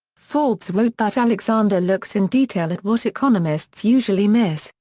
forbes wrote that alexander looks in detail at what economists usually miss,